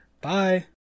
bye